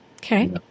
Okay